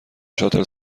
شاتل